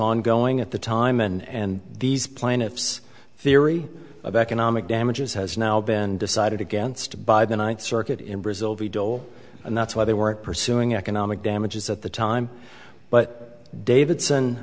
ongoing at the time and these plaintiffs theory of economic damages has now been decided against by the ninth circuit in brazil v dole and that's why they were pursuing economic damages at the time but davidson